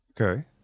Okay